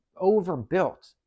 overbuilt